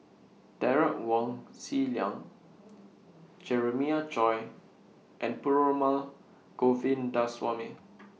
Derek Wong Zi Liang Jeremiah Choy and Perumal Govindaswamy